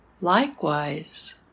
Likewise